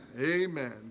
Amen